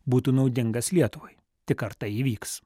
būtų naudingas lietuvai tik ar tai įvyks